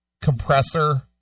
compressor